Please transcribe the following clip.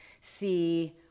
see